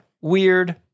weird